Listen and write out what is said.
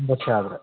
ಒಂದು ವರ್ಷ ಆದರೆ